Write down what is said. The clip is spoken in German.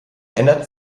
ändert